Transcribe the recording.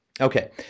Okay